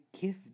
give